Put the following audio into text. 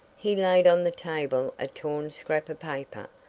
he laid on the table a torn scrap of paper,